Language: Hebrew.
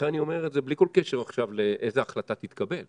אני אומר את זה בלי כל קשר עכשיו לאיזה החלטה תתקבל.